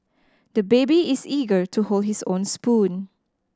the baby is eager to hold his own spoon